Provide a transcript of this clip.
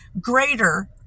Greater